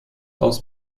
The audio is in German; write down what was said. aus